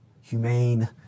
humane